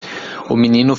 menino